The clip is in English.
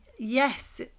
Yes